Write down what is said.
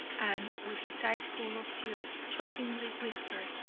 and, with his eyes full of tears, chokingly whispered,